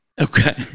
Okay